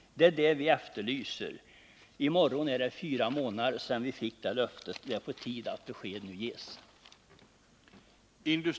Det är ett sådant som vi nu efterlyser. I morgon är det fyra månader sedan vi fick ett löfte — det är nu tid att besked ges.